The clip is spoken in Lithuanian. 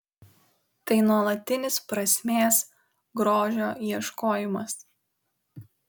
tai nuolatinis prasmės grožio ieškojimas